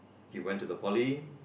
she went to the poly